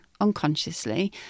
unconsciously